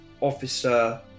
officer